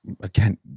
Again